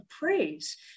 praise